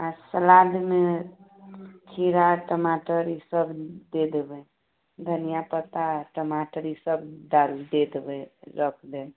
आ सलादमे खीरा टमाटर ई सब दे देबै धनिआ पत्ता टमाटर ई सब डाल दे देबै रख देब